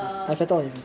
err